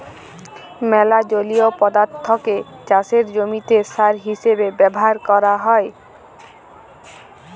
ম্যালা জলীয় পদাথ্থকে চাষের জমিতে সার হিসেবে ব্যাভার ক্যরা হ্যয়